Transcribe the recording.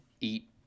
eat